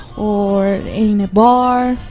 or bar,